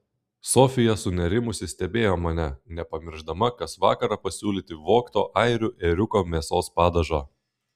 sofija sunerimusi stebėjo mane nepamiršdama kas vakarą pasiūlyti vogto airių ėriuko mėsos padažo